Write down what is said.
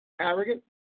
Arrogant